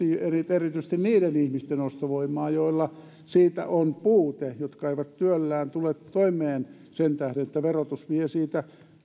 erityisesti niiden ihmisten ostovoimaa joilla siitä on puute jotka eivät työllään tule toimeen sen tähden että verotus vie siitä